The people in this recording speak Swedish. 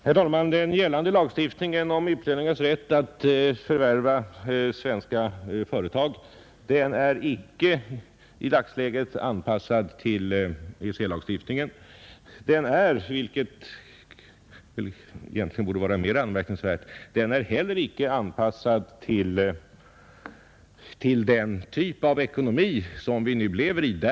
Herr talman! Den gällande lagstiftningen om utlännings rätt att förvärva svenska företag är icke anpassad till EEC-lagstiftningen. Den är — vilket egentligen borde vara mer anmärkningsvärt — heller icke anpassad till den typ av ekonomi som vi nu lever i.